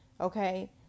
Okay